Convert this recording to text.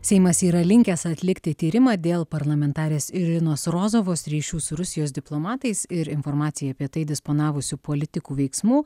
seimas yra linkęs atlikti tyrimą dėl parlamentarės irinos rozovos ryšių su rusijos diplomatais ir informacija apie tai disponavusių politikų veiksmų